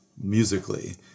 musically